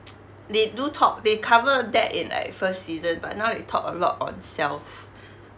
they do talk they cover that in like first season but now they talk a lot on self